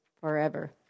forever